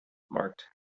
marked